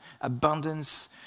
abundance